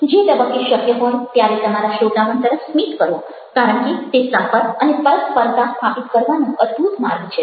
જે તબક્કે શક્ય હોય ત્યારે તમારા શ્રોતાગણ તરફ સ્મિત કરો કારણ કે તે સંપર્ક અને પરસ્પરતા સ્થાપિત કરવાનો અદભુત માર્ગ છે